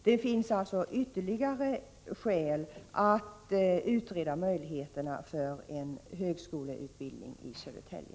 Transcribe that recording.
Det finns alltså ytterligare skäl att utreda möjligheterna för en högskoleutbildning i Södertälje.